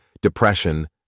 depression